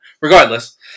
regardless